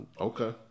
okay